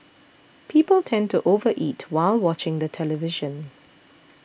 people tend to over eat while watching the television